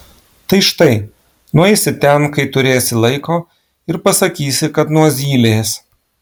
tai štai nueisi ten kai turėsi laiko ir pasakysi kad nuo zylės